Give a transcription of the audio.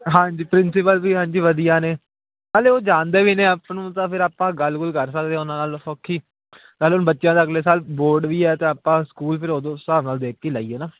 ਹਾਂਜੀ ਪ੍ਰਿੰਸੀਪਲ ਵੀ ਹਾਂਜੀ ਵਧੀਆਂ ਨੇ ਨਾਲ ਉਹ ਜਾਣਦੇ ਵੀ ਨੇ ਆਪਾਂ ਨੂੰ ਤਾਂ ਫਿਰ ਆਪਾਂ ਗੱਲ ਗੁੱਲ ਕਰ ਸਕਦੇ ਹਾਂ ਉਨ੍ਹਾਂ ਨਾਲ ਸੌਖੀ ਨਾਲ ਹੁਣ ਬੱਚਿਆਂ ਦਾ ਅਗਲੇ ਸਾਲ ਬੋਰਡ ਵੀ ਹੈ ਤਾਂ ਆਪਾਂ ਸਕੂਲ ਫਿਰ ਉਦੋਂ ਉਸ ਹਿਸਾਬ ਨਾਲ ਦੇਖ ਕੇ ਹੀ ਲਈਏ ਨਾ